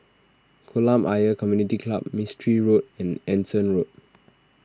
Kolam Ayer Community Club Mistri Road and Anson Road